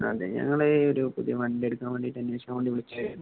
അതെ ഞങ്ങള് ഒരു പുതിയ വണ്ടിയ എടുക്കാൻ വേണ്ടീട്ട അന്േഷാൻ വേണ്ടി വിളിച്ചായിരുന്നു